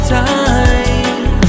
time